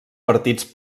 partits